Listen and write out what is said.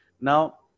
now